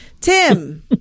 Tim